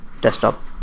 desktop